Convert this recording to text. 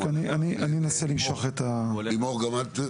הוא נוסע לטופס טיולים שעובר כמה תחנות.